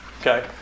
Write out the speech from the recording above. Okay